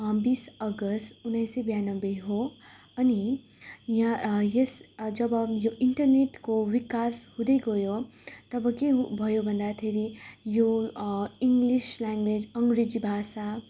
बिस अगस्त उन्नाइस सय ब्यानब्बे हो अनि यहाँ यस जब यो इन्टरनेटको विकास हुँदै गयो तब के भयो भन्दाखेरि यो इङ्गलिस ल्याङ्वेज अङ्ग्रेजी भाषा